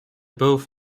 both